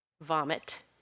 Vomit